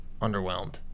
underwhelmed